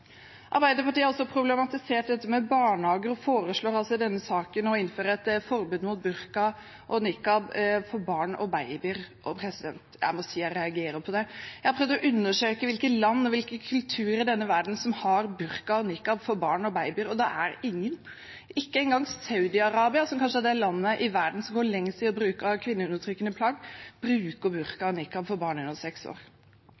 Arbeiderpartiet har også problematisert dette med barnehager og foreslår i denne saken å innføre et forbud mot burka og nikab for barn og babyer. Jeg må si jeg reagerer på det. Jeg har prøvd å undersøke hvilke land og kulturer i verden som har burka og nikab for barn og babyer. Det er ingen. Ikke engang Saudi-Arabia, som kanskje er det landet i verden som går lengst i bruken av kvinneundertrykkende plagg, bruker burka og nikab for barn under seks år.